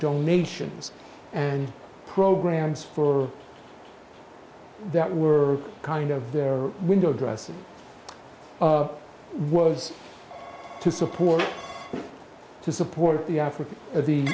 donations and programs for that were kind of their window dressing was to support to support the africa